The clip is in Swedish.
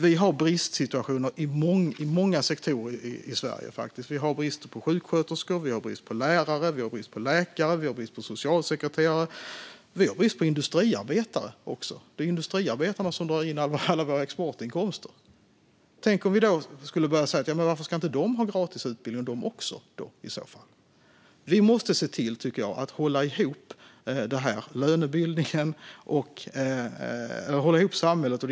Vi har bristsituationer i många sektorer i Sverige. Vi har brist på sjuksköterskor, lärare, läkare och socialsekreterare. Vi har även brist på industriarbetare, och det är de som drar in alla våra exportinkomster. Varför ska inte industriarbetarna också ha gratis utbildning i så fall? Det skulle man kunna börja säga. Vi måste se till att hålla ihop samhället, tycker jag.